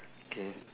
K